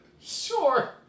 sure